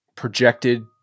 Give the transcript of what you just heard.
projected